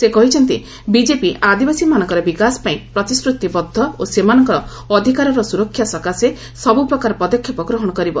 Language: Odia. ସେ କହିଛନ୍ତି ବିଜେପି ଆଦିବାସୀମାନଙ୍କର ବିକାଶ ପାଇଁ ପ୍ରତିଶ୍ରତିବଦ୍ଧ ଓ ସେମାନଙ୍କର ଅଧିକାରର ସୁରକ୍ଷା ସକାଶେ ସବୁପ୍ରକାର ପଦକ୍ଷେପ ଗ୍ରହଣ କରିବ